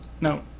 No